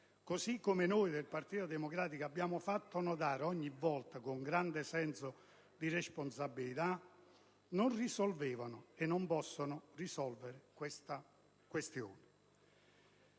così come noi del Partito Democratico abbiamo fatto notare ogni volta con grande senso di responsabilità, non risolvevano e non possono risolvere questa questione.